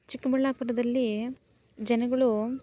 ಚಿಕ್ಕಬಳ್ಳಾಪುರದಲ್ಲಿ ಜನಗಳು